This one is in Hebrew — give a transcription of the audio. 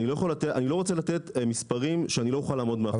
אני לא רוצה לומר מספרים שאני לא אוכל לעמוד מאחוריהם.